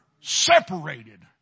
separated